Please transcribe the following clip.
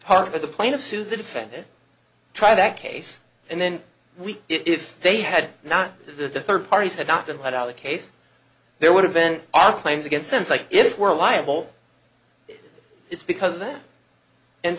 part of the plan of sue the defendant try that case and then we if they had not the third parties had not been let out the case there would have been other claims against him like it were liable it's because of that and